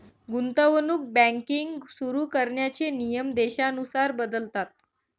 गुंतवणूक बँकिंग सुरु करण्याचे नियम देशानुसार बदलतात